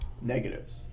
negatives